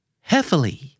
heavily